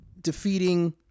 defeating